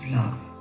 love